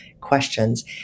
questions